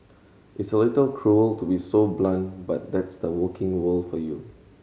it's a little cruel to be so blunt but that's the working world for you